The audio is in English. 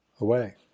away